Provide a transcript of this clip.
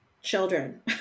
children